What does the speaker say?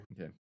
Okay